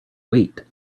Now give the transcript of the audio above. wait